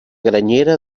granyena